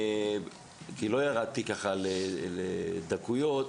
כי לא ירדתי לדקויות,